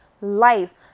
life